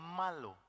malo